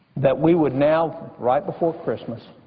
that we would now right before christmas,